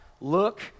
look